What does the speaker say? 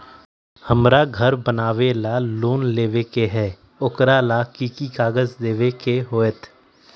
हमरा घर बनाबे ला लोन लेबे के है, ओकरा ला कि कि काग़ज देबे के होयत?